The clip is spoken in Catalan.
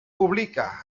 publica